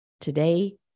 today